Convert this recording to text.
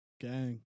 Gang